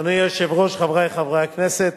אדוני היושב-ראש, חברי חברי הכנסת,